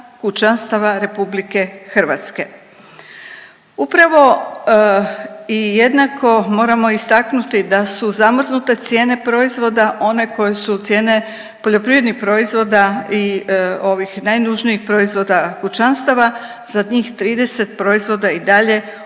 kućanstava RH. Upravo i jednako moramo istaknuti da su zamrznute cijene proizvoda one koje su cijene poljoprivrednih proizvoda i ovih najnužnijih proizvoda kućanstava, za njih 30 proizvoda i dalje